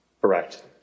Correct